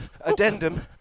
addendum